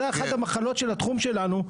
זו אחת המחלות של התחום שלנו,